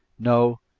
no,